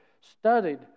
studied